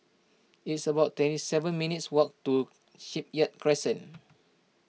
it's about twenty seven minutes' walk to Shipyard Crescent